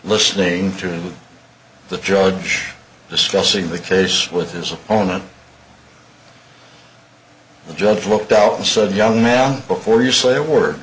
listening to the judge discussing the case with his opponent the judge looked out and said young man before you say a word